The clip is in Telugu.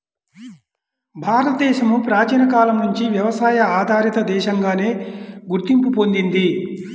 భారతదేశం ప్రాచీన కాలం నుంచి వ్యవసాయ ఆధారిత దేశంగానే గుర్తింపు పొందింది